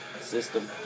System